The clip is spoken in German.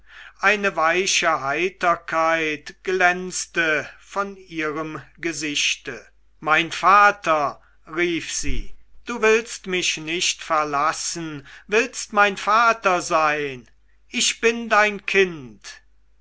eine weiche heiterkeit glänzte von ihrem gesichte mein vater rief sie du willst mich nicht verlassen willst mein vater sein ich bin dein kind